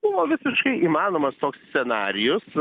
buvo visiškai įmanomas toks scenarijus